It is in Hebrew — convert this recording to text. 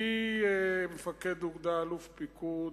ממפקד אוגדה, אלוף פיקוד,